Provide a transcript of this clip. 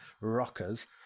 rockers